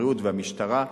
הבריאות והמשטרה,